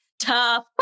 Tough